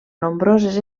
nombroses